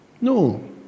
No